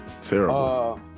Terrible